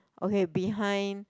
okay behind